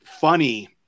funny